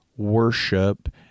Worship